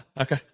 Okay